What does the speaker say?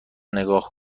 نگاه